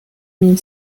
mille